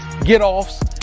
get-offs